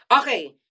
Okay